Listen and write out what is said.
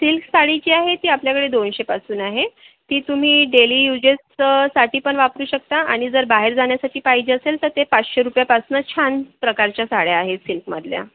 silk sari जी आहे ती आपल्याकडे दोनशेपासून आहे ती तुम्ही डेली युजेसचसाठी पण वापरू शकता आणि जर बाहेर जाण्यासाठी पाहिजे असेल तर ते पाचशे रुपयापासनं छान प्रकारच्या साड्या आहेत सिल्कमधल्या